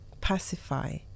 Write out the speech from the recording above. pacify